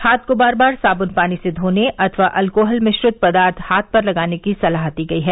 हाथ को बार बार साबुन पानी से धोने अथवा अल्कोहल मिश्रित पदार्थ हाथ पर लगाने की सलाह दी गई है